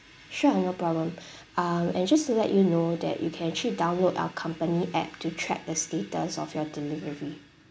sure no problem um and just to let you know that you can actually download our company app to track the status of your delivery